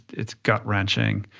it's gut wrenching.